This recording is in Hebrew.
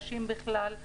נשים בכלל,